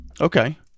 Okay